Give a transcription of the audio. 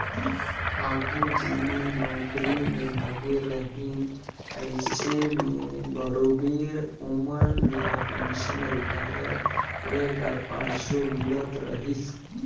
आघु जेमन नउकरी में लगे रहिन अइसे में बरोबेर ओमन ल पेंसन रिटायर होए कर पाछू मिलत रहिस